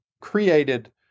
created